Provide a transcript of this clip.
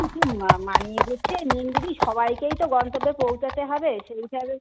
কিছু মা মানিয়ে গুছিয়ে নিন দিদি সবাইকেই তো গন্তব্যে পৌঁছাতে হবে সেই হিসাবে